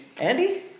Andy